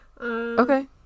Okay